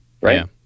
Right